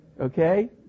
okay